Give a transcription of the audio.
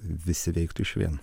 visi veiktų išvien